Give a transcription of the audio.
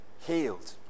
healed